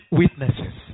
witnesses